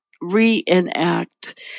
reenact